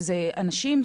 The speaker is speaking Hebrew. זה אנשים?